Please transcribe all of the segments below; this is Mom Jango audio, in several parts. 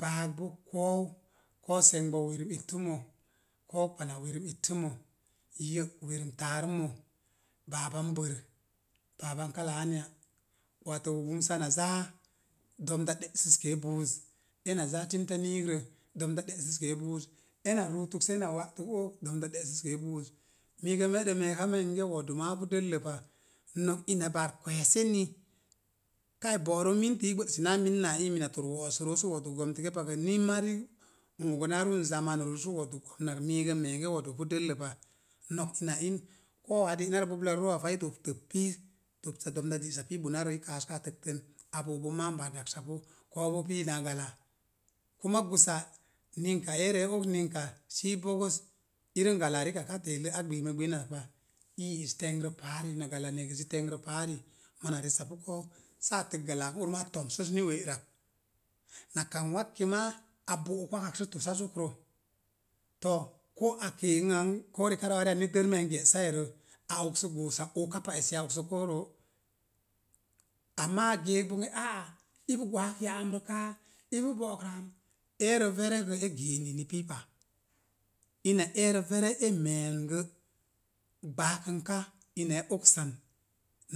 Baak boo ko̱o̱u, ko̱o̱ səngba werum ittəmo, ko̱o̱ kpana wesum ittəmo, yə' werum taarumo. Baaban bər, baaban kala anya. Wato wumsa na zaa, dom da ɗe'səskee buuz, ena zaa timta niigrə, domda ɗe'səskee buuz, ena ruutək sə ena wa'tək oog, domda ɗe'səskee buuz. Miigə n meɗe me̱e̱ka maa minge wodu maa pu dəllə pa nok ina baar kweesenni, kai bo̱'rə mintii gbo sonaa min mina tor wo̱'sə roo sə wodu gomtəke pagə. Ni mari n ogən a ruun zamanurə sə wodub gomənak miigə n me̱s minge wodub pu dəllə pa. Nok ina n iin, ko̱o̱uwaa de'narə boblarə roo ak fai dəg tops pii, dəpsa domda de'sas pi ɓunarə kaaska a təkptən, a bo'okabon maam baar daksapu, ko̱o̱u boo pi na gala kuma gusa ninka erə e oks ninka səi bogos irim galaa rikak a te̱lə a gbimə gbinnas pa, i yi'is təngrə paari, na gala ne̱gəzzi təngrə paari. Mona resapu ko̱o̱u saa təkp galaak ur maa temsəs ni we'rak. Na kam wakki maa a bo'og wakak sə tosa zokrə. To, koo a kee ang koo rekare areya dərmeya n ge̱'sai airə, a oksəm goosa ookapa esi a oksək ko̱o̱u roo. Amma a geek bonge a'a, ipu gwaak ya'amrə kaa, ipu bo̱'o̱k an. Eera vere gə e gee inəni pii pa, in eerə vere a me̱e̱n gə, gbaakənka, ina e oksan.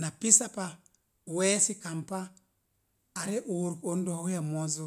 Na pisa pa we̱e̱si kam pa, a re ooruk on do̱o̱wiya mo̱o̱zə